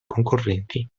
concorrenti